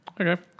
Okay